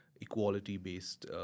equality-based